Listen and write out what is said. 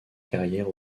carrière